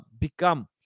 become